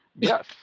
Yes